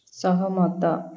ସହମତ